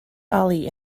ali